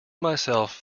myself